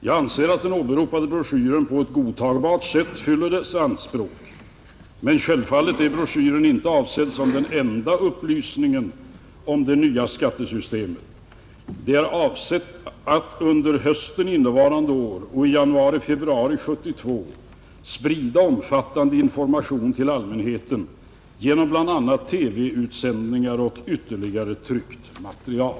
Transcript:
Jag anser att den åberopade broschyren på ett godtagbart sätt fyller dessa anspråk, Men självfallet är broschyren inte avsedd som den enda upplysningen om det nya skattesystemet. Det är avsett att under hösten innevarande år och i januari-februari 1972 sprida omfattande information till allmänheten genom bl.a. TV-utsändningar och ytterligare tryckt material.